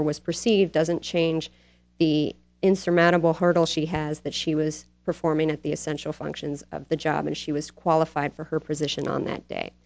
or was perceived doesn't change the insurmountable hurdle she has that she was performing at the essential functions of the job and she was qualified for her position on that day